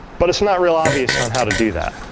but it's not real obvious on how to do that.